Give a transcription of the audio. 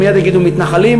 ומייד יגידו "מתנחלים",